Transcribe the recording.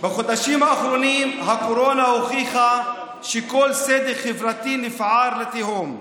בחודשים האחרונים הקורונה הוכיחה שכל סדר חברתי נפער לתהום.